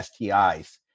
STIs